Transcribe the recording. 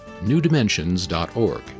newdimensions.org